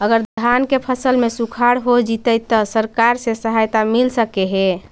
अगर धान के फ़सल में सुखाड़ होजितै त सरकार से सहायता मिल सके हे?